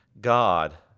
God